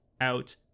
out